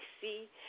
see